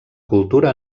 cultura